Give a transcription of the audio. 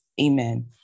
Amen